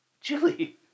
Julie